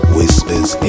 Whispers